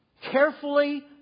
carefully